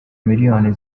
miliyoni